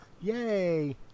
yay